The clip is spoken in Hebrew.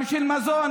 גם של מזון,